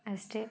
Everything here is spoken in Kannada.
ಅಷ್ಟೆ